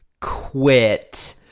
quit